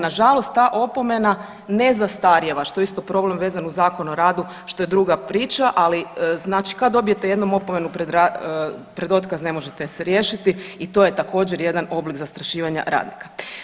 Nažalost ta opomena ne zastarijeva što je isto problem vezan uz Zakon o radu što je druga priča, ali znači kad dobijete jednom opomenu pred otkaz ne možete je se riješiti i to je također jedan oblik zastrašivanja radnika.